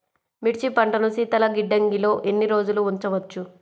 మిర్చి పంటను శీతల గిడ్డంగిలో ఎన్ని రోజులు ఉంచవచ్చు?